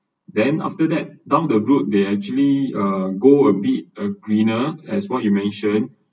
then after that down the road they actually uh go a bit a greener as what you mentioned